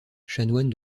chanoine